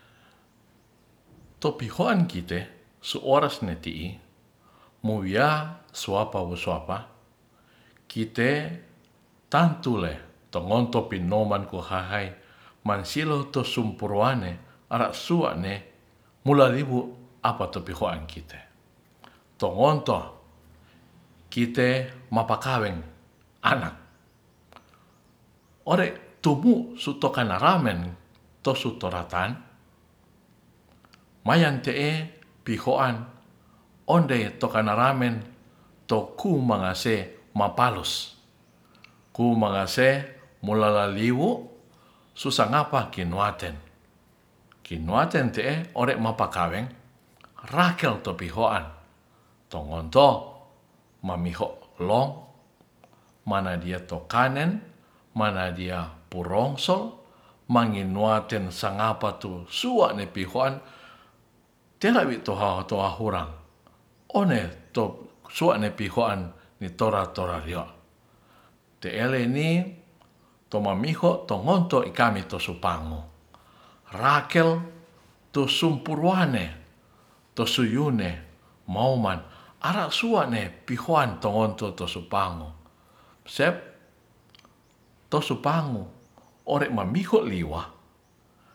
Topihoan kite su oras netihi mowia suapa wosuapa kite tantule tongonto pinomanku hahai mansilo tu sumupuruane ara' suane mulalihu apatu pihoan kite tongonto kite mapakaweng anak ore tumu tu sutokanaramen tu suto ratahan mayante'e pihoan onde tokanaramen tokumangase mapalus ku mangase mulalaliwu sungapa kinuaten kinuaten te'e ore mapakaweng rakel tu pihoan tongonto mamiho lo manadia tokanen manadi purong song manginuaten sangapa tu suane pihoan tena hi witowa hurang one suane pihoan ni tora-torario' te'eleni tomamiho tongonto ikami to supango rakel tu sumpuruane to suyune mouman arasua ne pihoan tongonto to supango sep tosupango ore mamiho liwa.